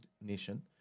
nation